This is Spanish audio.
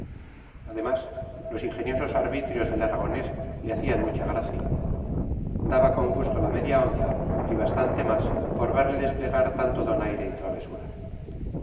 además los ingeniosos arbitrios del aragonés le hacían mucha gracia daba con gusto la media onza y bastante más por verle desplegar tanto donaire y travesura